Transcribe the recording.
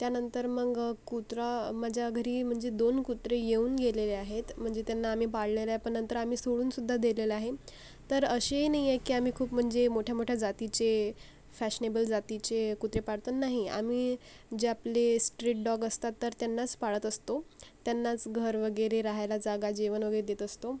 त्यानंतर मग कुत्रा माझ्या घरी म्हणजे दोन कुत्रे येऊन गेलेले आहेत म्हणजे त्यांना आम्ही पाळलेले आहे पण नंतर आम्ही सोडून सुद्धा दिलेलं आहे तर असेही नाही आहे की आम्ही खूप म्हणजे मोठ्या मोठ्या जातीचे फॅशनेबल जातीचे कुत्रे पाळत नाही आम्ही जे आपले स्ट्रीट डॉग असतात तर त्यांनाच पाळत असतो त्यांनाच घर वगैरे राहायला जागा जेवण वगैरे देत असतो